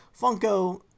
Funko